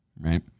right